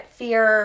fear